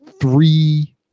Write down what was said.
three